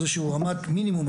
איזושהי רמת מינימום,